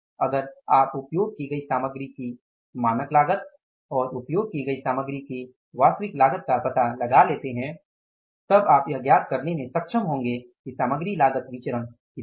अगर आप उपयोग की गई सामग्री की मानक लागत और उपयोग की गई सामग्री की वास्तविक लागत का पता लगा लेते हैं तो आप यह ज्ञात करने में सक्षम होंगे कि सामग्री लागत विचरण कितना है